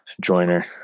joiner